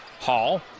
Hall